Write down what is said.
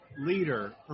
Leader